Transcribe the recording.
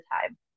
time